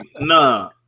nah